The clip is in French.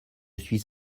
suis